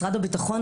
משרד הביטחון,